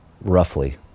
Roughly